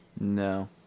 No